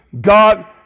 God